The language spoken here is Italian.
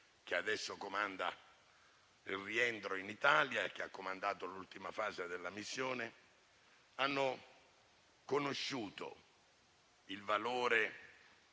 che adesso comanda il rientro in Italia e che ha comandato l'ultima fase della missione, hanno conosciuto il valore,